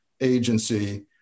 agency